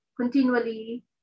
continually